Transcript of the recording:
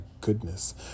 goodness